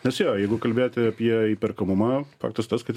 nes jo jeigu kalbėti apie įperkamumą faktas tas kad